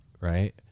right